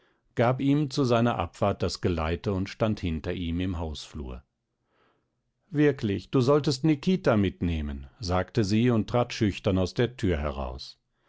gab ihm zu seiner abfahrt das geleite und stand hinter ihm im hausflur wirklich du solltest nikita mitnehmen sagte sie und trat schüchtern aus der tür heraus